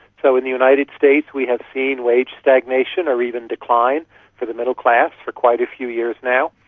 so in the united states we have seen wage stagnation or even decline for the middle class for quite a few years now.